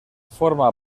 forma